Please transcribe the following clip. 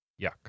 Yuck